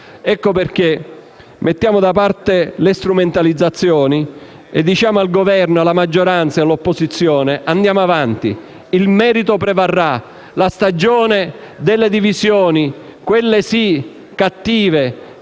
Ecco perché mettiamo da parte le strumentalizzazioni e diciamo al Governo, alla maggioranza e all'opposizione di andare avanti. Il merito prevarrà; la stagione delle divisioni - quelle sì - cattive